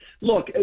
Look